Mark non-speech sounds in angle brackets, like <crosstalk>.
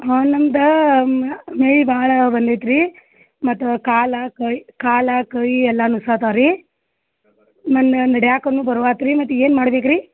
ಹಾಂ ನಮ್ದು ಮ್ಯಾ <unintelligible> ಭಾಳ ಬಂದೈತಿ ರೀ ಮತ್ತು ಕಾಲ ಕೈ ಕಾಲ ಕೈ ಎಲ್ಲಾನು <unintelligible> ರೀ ನಂಗೆ ನಡಿಯಾಕ್ಕುನು ಬರುವಾತ್ ರೀ ಮತ್ತು ಏನು ಮಾಡ್ಬೇಕು ರೀ